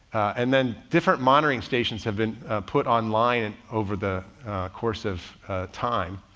and then different monitoring stations have been put online and over the course of time,